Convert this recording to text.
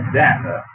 data